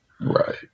Right